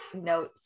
notes